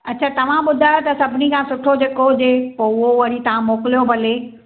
अच्छा तव्हां ॿुधायो त सभिनी खां सुठो जेको हुजे पोइ उहो वरी तव्हां मोकिलियो भले